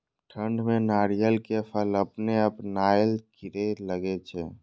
ठंड में नारियल के फल अपने अपनायल गिरे लगए छे?